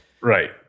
right